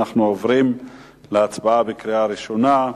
אנחנו עוברים להצבעה בקריאה ראשונה.